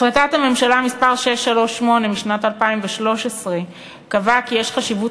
החלטת הממשלה מס' 638 משנת 2013 קבעה כי יש חשיבות